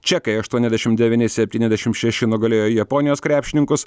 čekai aštuoniasdešimt devyni septyniasdešimt šeši nugalėjo japonijos krepšininkus